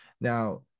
now